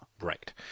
Right